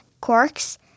corks